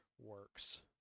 works